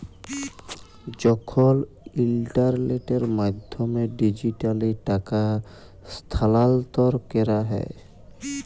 যখল ইলটারলেটের মাধ্যমে ডিজিটালি টাকা স্থালাল্তর ক্যরা হ্যয়